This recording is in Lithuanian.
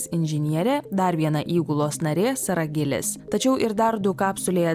inžinierė dar viena įgulos narė sara gilis tačiau ir dar du kapsulėje